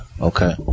Okay